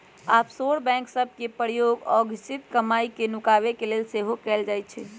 offshore bank सभ के प्रयोग अघोषित कमाई के नुकाबे के लेल सेहो कएल जाइ छइ